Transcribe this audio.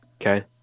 okay